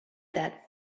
that